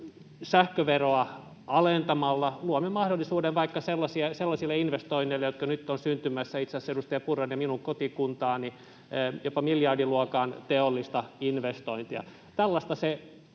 Sähköveroa alentamalla luomme mahdollisuuden vaikka sellaisille investoinneille, jotka nyt ovat syntymässä itse asiassa edustaja Purran ja minun kotikuntaani, jopa miljardiluokan teollisille investoinneille. Tällaista se